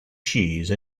cheese